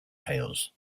tales